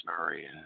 Sorry